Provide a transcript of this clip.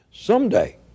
Someday